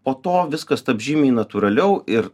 po to viskas taps žymiai natūraliau ir